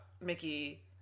Mickey